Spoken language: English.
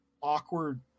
awkward